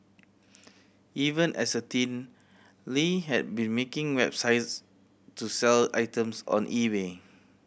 even as a teen Lie had been making websites to sell items on eBay